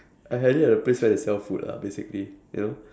I had it at a place where they sell food lah basically you know